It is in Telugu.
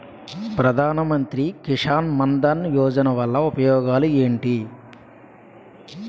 ప్రధాన మంత్రి కిసాన్ మన్ ధన్ యోజన వల్ల ఉపయోగాలు ఏంటి?